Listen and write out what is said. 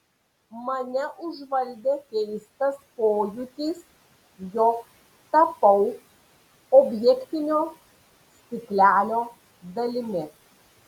mane užvaldė keistas pojūtis jog tapau objektinio stiklelio dalimi